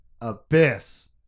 Abyss